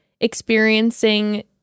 experiencing